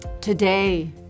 Today